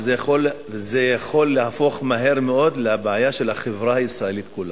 שזה יכול להפוך מהר מאוד לבעיה של החברה הישראלית כולה.